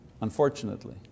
unfortunately